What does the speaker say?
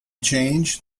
change